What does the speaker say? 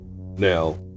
Now